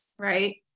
right